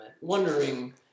Wondering